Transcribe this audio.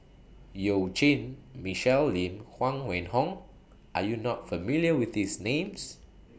YOU Jin Michelle Lim Huang Wenhong Are YOU not familiar with These Names